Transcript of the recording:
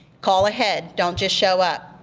call ahead don't just show up.